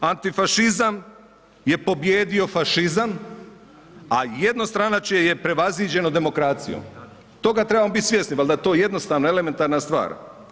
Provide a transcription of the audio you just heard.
Antifašizam je pobijedio fašizam, a jednostranačje je prevaziđeno demokracijom, toga trebamo biti svjesni, valda je to jednostavna elementarna stvar.